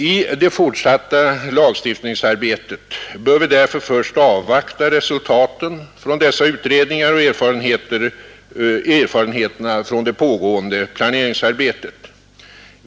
I det fortsatta lagstiftningsarbetet bör vi därför först avvakta resultaten från dessa utredningar och erfarenheterna från det pågäende planeringsarbetet.